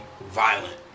violent